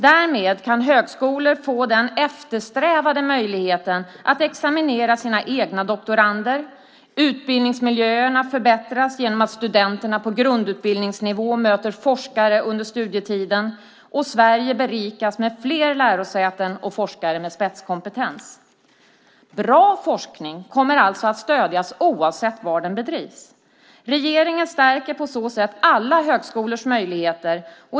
Därmed kan högskolor få den eftersträvade möjligheten att examinera sina egna doktorander, utbildningsmiljöerna förbättras genom att studenterna på grundutbildningsnivå möter forskare under studietiden och Sverige berikas med fler lärosäten och forskare med spetskompetens. Bra forskning kommer alltså att stödjas oavsett var den bedrivs. Regeringen stärker på så sätt alla högskolors möjligheter.